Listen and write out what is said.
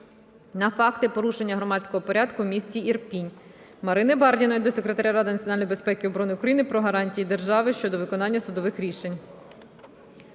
на факти порушення громадського порядку у місті Ірпінь. Марини Бардіної до Секретаря Ради національної безпеки і оборони України про гарантії держави щодо виконання судових рішень.